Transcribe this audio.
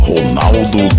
Ronaldo